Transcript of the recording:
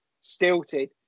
stilted